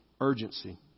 urgency